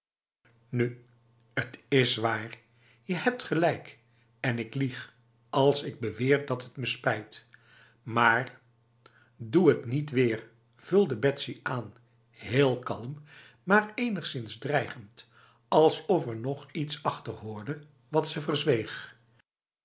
nu het is waar je hebt gelijk en ik lieg als ik beweer dat het me spijt maarb doe het niet weer vulde betsy aan heel kalm maar enigszins dreigend alsof er nog iets achter hoorde wat ze